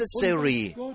necessary